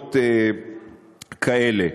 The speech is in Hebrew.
עבירות כאלה,